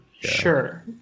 Sure